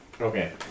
Okay